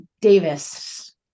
Davis